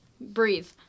Breathe